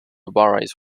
varies